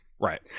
right